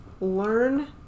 learn